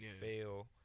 fail